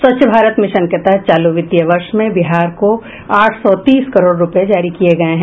स्वच्छ भारत मिशन के तहत चालू वित्तीय वर्ष में बिहार को आठ सौ तीस करोड़ रूपये जारी किये गये हैं